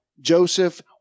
Joseph